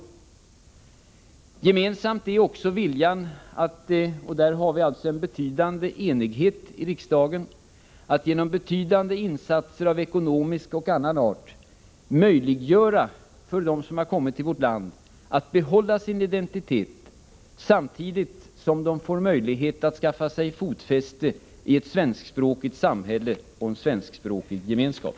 Kännetecknande är också viljan — och på den punkten har vi en betydande enighet i riksdagen — att genom stora insatser av ekonomisk och annan art möjliggöra för dem som har kommit till vårt land att behålla sin identitet, samtidigt som de får möjlighet att skaffa sig fotfäste i ett svenskspråkigt samhälle och en svenskspråkig gemenskap.